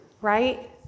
Right